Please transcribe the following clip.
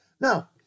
Now